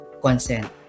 consent